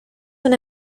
una